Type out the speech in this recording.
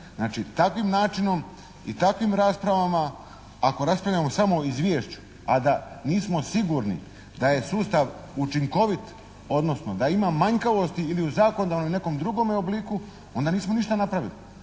takvim načinom i takvim raspravama ako raspravljamo samo o izvješću a da nismo sigurni da je sustav učinkovit odnosno da ima manjkavosti ili u zakonu ili u nekom drugom obliku onda nismo ništa napravili.